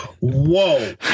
Whoa